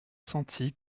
senti